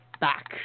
back